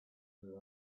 their